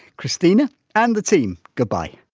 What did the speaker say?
christina and the team, goodbye